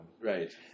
right